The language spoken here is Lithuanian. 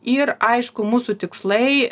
ir aišku mūsų tikslai